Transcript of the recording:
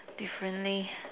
differently